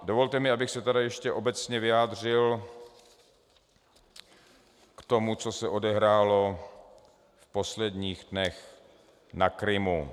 Dovolte mi, abych se tedy ještě obecně vyjádřil k tomu, co se odehrálo v posledních dnech na Krymu.